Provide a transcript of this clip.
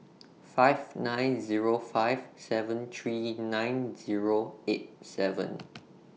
five nine Zero five seven three nine Zero eight seven